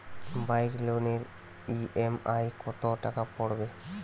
Bike লোনের EMI কত টাকা পড়বে?